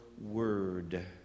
word